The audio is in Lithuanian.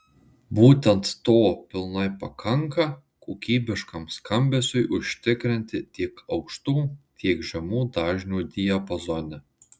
būtent to pilnai pakanka kokybiškam skambesiui užtikrinti tiek aukštų tiek žemų dažnių diapazone